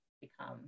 become